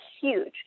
huge